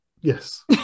yes